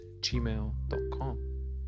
gmail.com